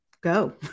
go